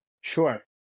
Sure